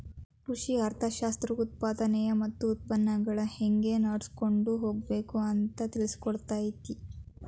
ಕೃಷಿ ಅರ್ಥಶಾಸ್ತ್ರವು ಉತ್ಪಾದನೆ ಮತ್ತ ಉತ್ಪನ್ನಗಳನ್ನಾ ಹೆಂಗ ನಡ್ಸಕೊಂಡ ಹೋಗಬೇಕು ಅಂತಾ ತಿಳ್ಸಿಕೊಡತೈತಿ